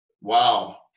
wow